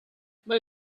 many